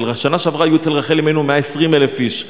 בשנה שעברה היו אצל רחל אמנו 120,000 איש.